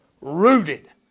Rooted